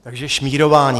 Takže šmírování.